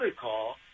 call